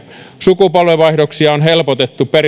sukupolvenvaihdoksia on helpotettu